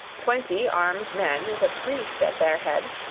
twenty armed men with a priest at their head,